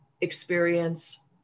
experience